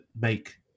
make